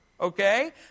okay